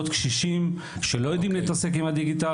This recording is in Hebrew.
קשישים שלא יודעים להתעסק עם הדיגיטל,